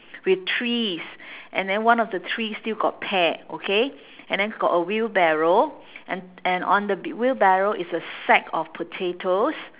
with trees and then one of the tree still got pear okay and then got a wheelbarrow and and on the b~ wheelbarrow is a sack of potatoes